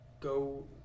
go